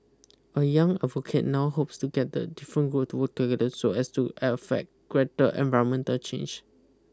a young advocate now hopes to get the different group to work together so as to effect greater environmental change